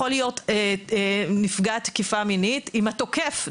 יכול להיות נפגע תקיפה מינית עם התוקף,